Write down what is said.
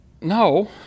no